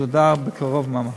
מסודר בקרוב ממש.